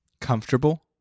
Comfortable